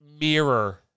mirror